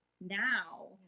now